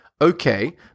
okay